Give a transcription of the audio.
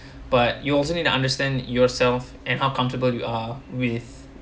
but you also need to understand yourself and how comfortable you are with